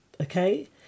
okay